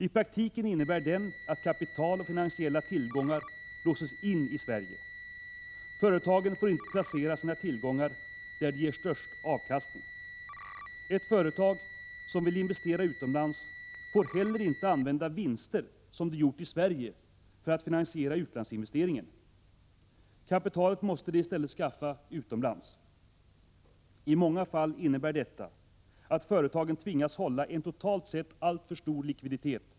I praktiken innebär den att kapital och finansiella tillgångar låses in i Sverige. Företagen får inte placera sina tillgångar där de ger störst avkastning. Ett företag som vill investera utomlands får heller inte använda vinster som det gjort i Sverige för att finansiera utlandsinvesteringen. Kapitalet måste det i stället skaffa utomlands. I många fall innebär detta att företagen tvingas hålla en totalt sett alltför stor likviditet.